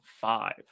five